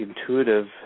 intuitive